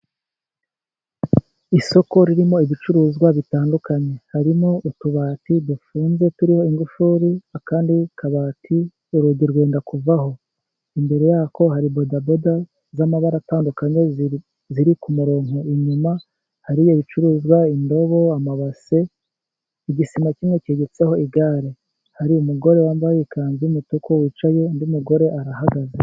Isoko ririmo ibicuruzwa bitandukanye. Harimo utubati dufunze turiho ingufuri, akandi kabati urugi rwenda kuvaho, imbere yako hari bodaboda z'amabara atandukanye ziri ku murongo. Inyuma hariyo ibicuruzwa, indobo, amabase. Igisima kimwe kegetseho igare, hari umugore wambaye ikanzu y'umutuku wicaye undi mugore arahagaze.